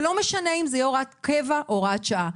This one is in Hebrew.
זה לא משנה אם זו תהיה הוראת קבע או הוראת שעה.